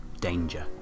danger